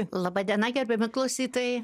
laba diena gerbiami klausytojai